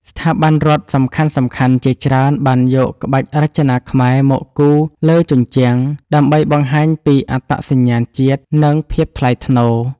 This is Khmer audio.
ស្ថាប័នរដ្ឋសំខាន់ៗជាច្រើនបានយកក្បាច់រចនាខ្មែរមកគូរលើជញ្ជាំង ដើម្បីបង្ហាញពីអត្តសញ្ញាណជាតិ និងភាពថ្លៃថ្នូរ។